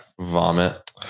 Vomit